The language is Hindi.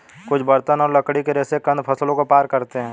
कुछ बर्तन और लकड़ी के रेशे कंद फसलों को पार करते है